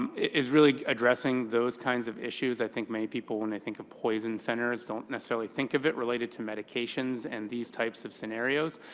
um is really addressing those kinds of issues. i think many people, when they think of poison centers, don't necessarily think of it related to medications and these types of scenarios.